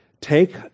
take